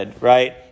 right